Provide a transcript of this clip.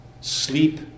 sleep